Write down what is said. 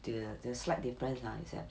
the the slight difference ah is that